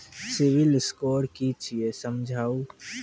Civil score कि छियै समझाऊ?